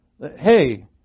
hey